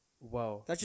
Wow